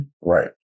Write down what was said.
Right